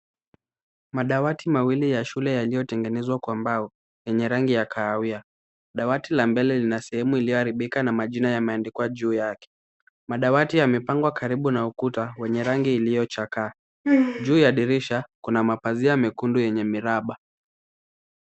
Madawati mawili ya shule yaliyotengenezwa kwa mbao yenye rangi ya kahawia. Dawati la mbele lina sehemu iliyoharibika na majina yameandikwa juu yake. Madawati yamepangwa karibu na ukuta wenye rangi iliyochakaa. Juu ya dirisha kuna mapazia mekundu yenye miraba.